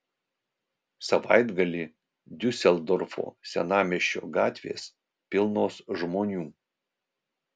savaitgalį diuseldorfo senamiesčio gatvės pilnos žmonių